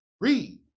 Read